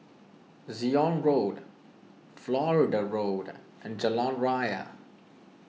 Zion Road Florida Road and Jalan Raya